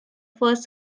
first